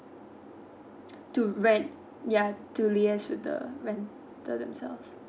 to rent ya to liaise with the rental themselves